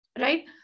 right